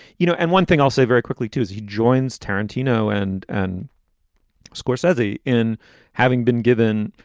you know, and one thing i'll say very quickly, too, is he joins tarantino and and schaus ezzy in having been given,